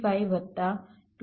25 વત્તા 2